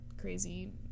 crazy